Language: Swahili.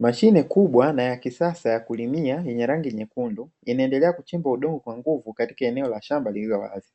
Mashine kubwa na ya kisasa ya kulimia yenye rangi nyekundu, inaendelea kuchimba udongo kwa nguvu katika eneo la shamba lililo wazi,